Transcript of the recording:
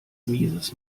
mieses